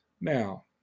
Now